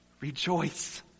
rejoice